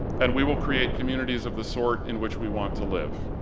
and we will create communities of the sort in which we want to live.